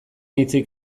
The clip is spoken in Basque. hitzik